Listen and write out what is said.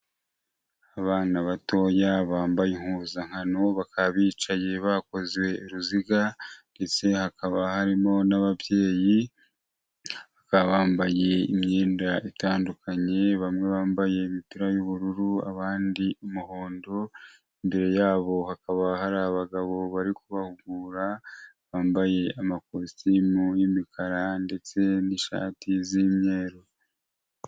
Abana batoya bambaye impuzankano, bakaba bicaye bakoze uruziga ndetse hakaba harimo n'ababyeyi, bakaba bambaye imyenda itandukanye, bamwe bambaye imipira y'ubururu abandi umuhondo, imbere yabo hakaba hari abagabo bari kubahugura, bambaye amakositimu y'imikara ndetse n'ishati z'imyeru.